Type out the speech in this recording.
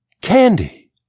Candy